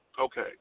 Okay